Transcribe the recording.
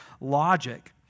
logic